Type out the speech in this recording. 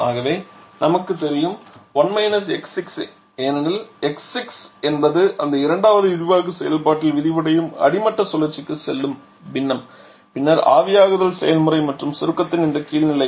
ஆகவே அங்கு நமக்குத் தெரியும் 1− x6 ஏனெனில் x6 என்பது இந்த இரண்டாவது விரிவாக்க செயல்பாட்டில் விரிவடையும் அடிமட்ட சுழற்சிக்குச் செல்லும் பின்னம் பின்னர் ஆவியாகுதல் செயல்முறை மற்றும் சுருக்கத்தின் இந்த கீழ் நிலை